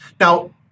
Now